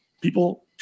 people